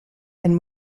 and